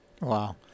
Wow